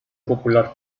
popular